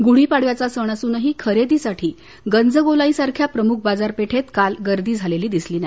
गुढीपाडव्याचा सण असूनही खरेदीसाठी गंजगोलाईसारख्या प्रमुख बाजारपेठेत काल गर्दी झालेली दिसली नाही